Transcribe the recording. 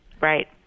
right